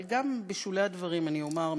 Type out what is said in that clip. אבל גם בשולי הדברים אני אומַר,